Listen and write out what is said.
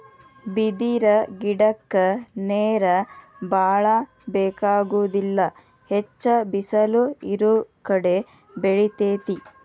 ಬಿದಿರ ಗಿಡಕ್ಕ ನೇರ ಬಾಳ ಬೆಕಾಗುದಿಲ್ಲಾ ಹೆಚ್ಚ ಬಿಸಲ ಇರುಕಡೆ ಬೆಳಿತೆತಿ